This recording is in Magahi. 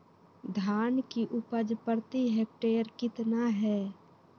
धान की उपज प्रति हेक्टेयर कितना है?